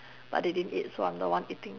but they didn't eat so I'm the one eating